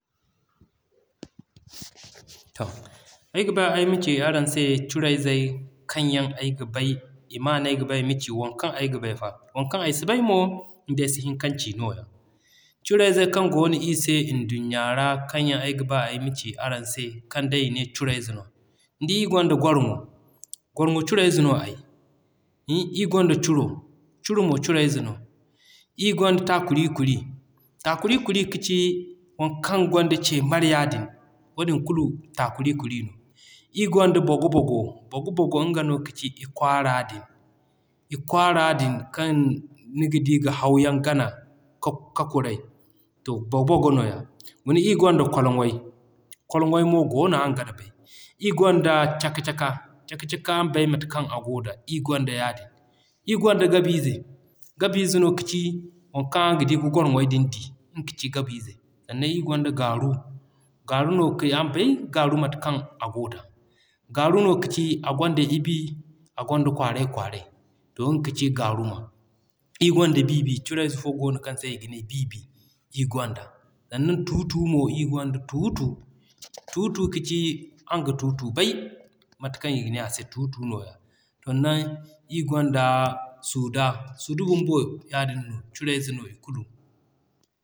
Ayga ba ay ma ci araŋ se Curey zey kaŋ yaŋ ayga bay, i ma no ayga ba ay ma ci waŋ kaŋ yaŋ ayga bay fa. Waŋ kaŋ ay si bay mo, nidi ay si hin kaŋ ci nooya. Curey zey kaŋ goo ir se nduɲɲa ra kaŋ yaŋ ayga ba ay ma ci araŋ se kan day i ne curey ze no. Nidi iri gonda Gorŋo, Gorŋo curey ze no ay hin, iri gonda Curo, Curo mo curey ze no, iri gonda Takurikuri. Takurikuri kaci waŋ kaŋ gonda ce marya din. Wadin kulu Takurikuri no. Iri gonda Bogo-bogo. Bogo-bogo, nga kaci i kwaara din, i kwaara din kaŋ niga di ga Haw yaŋ gana ka kuray, to Bogo-bogo nooya. Guna iri gonda Kolŋey. Kolŋey mo goono araŋ gan bay, iri gonda Caka-caka; Caka-caka araŋ bay mate kaŋ a goo da ir gonda yaadin. Iri gonda Gabu ize, Gabu ize no kaci waŋ kaŋ araŋ ga di ga gorŋey din di, nga kaci Gabu ize. Sannan ir gonda Gaaru, Gaaru no kaci araŋ bay mate kaŋ Gaaru a goo da. Gaaru no kaci a gonda i bi a gonda i kwaarey kwaaray. To nga kaci Gaaru ma. Iri gonda Bi-bi, curey ze fo goono kaŋ se i ga ne Bi-bi, iri gonda. Sannan Tu-tu mo iri gonda Tu-tu. Tu-tu kaci araŋ ga Tu-tu bay mate kaŋ i ga ne ase Tu-tu nooya. Sannan ir gonda Suuda; Suuda bumbo yaadin no curey ze no i kulu.